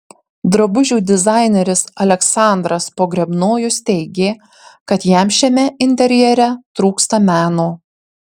drabužių dizaineris aleksandras pogrebnojus teigė kad jam šiame interjere trūksta meno